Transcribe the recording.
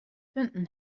punten